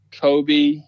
Kobe